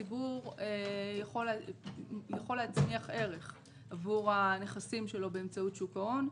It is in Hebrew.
הציבור יכול להצמיח ערך עבור הנכסים שלו באמצעות שוק ההון,